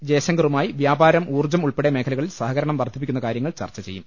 ജയശങ്കറുമായി വ്യാപാരം ഊർജ്ജം ഉൾപ്പെടെ മേഖലക ളിൽ സഹകരണം വർദ്ധിപ്പിക്കുന്ന കാര്യങ്ങൾ ചർച്ച ചെയ്യും